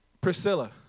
Priscilla